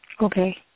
Okay